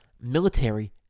military